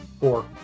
Four